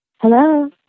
Hello